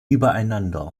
übereinander